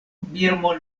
birmo